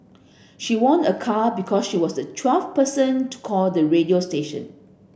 she won a car because she was the twelfth person to call the radio station